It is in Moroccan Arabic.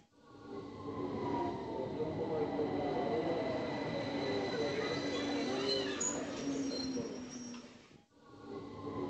كنظن غيكون عموما ما بين سبعمية وخمسين حتى لالف مرة